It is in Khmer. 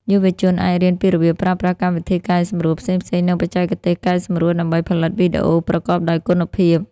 យុវជនអាចរៀនពីរបៀបប្រើប្រាស់កម្មវិធីកែសម្រួលផ្សេងៗ និងបច្ចេកទេសកែសម្រួលដើម្បីផលិតវីដេអូប្រកបដោយគុណភាព។